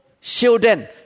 children